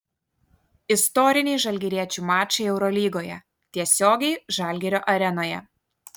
istoriniai žalgiriečių mačai eurolygoje tiesiogiai žalgirio arenoje